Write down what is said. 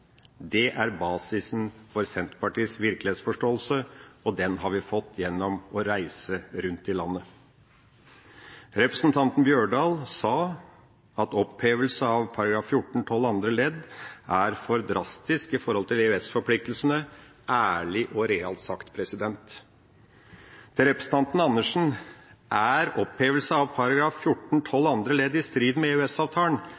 Det er basisen for Senterpartiets virkelighetsforståelse, og den har vi fått gjennom å reise rundt i landet. Representanten Holen Bjørdal sa at opphevelse av § 14-12 andre ledd er for drastisk med hensyn til EØS-forpliktelsene. Det var ærlig og realt sagt. Til representanten Andersen: Er opphevelse av